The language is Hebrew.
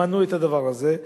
מנעו את הדבר הזה.